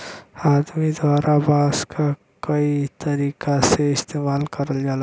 आदमी द्वारा बांस क कई तरीका से इस्तेमाल करल जाला